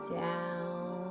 down